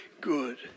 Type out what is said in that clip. good